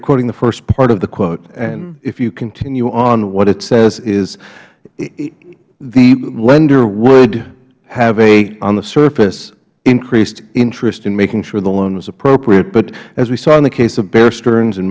quoting the first part of the quote if you continue on what it says is the lender would have a on the surface increased interest in making sure the loan was appropriate but as we saw in the case of